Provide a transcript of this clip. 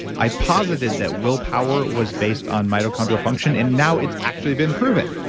i posited that willpower was based on mitochondrial function and and now it's actually been proven.